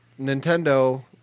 Nintendo